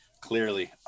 Clearly